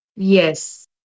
Yes